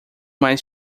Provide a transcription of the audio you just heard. mais